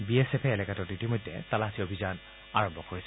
B S F এলেকাটোত ইতিমধ্যে তালাচী অভিযান আৰম্ভ কৰিছে